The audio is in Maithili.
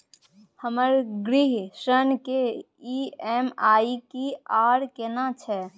हमर गृह ऋण के ई.एम.आई की आर केना छै?